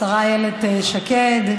השרה איילת שקד,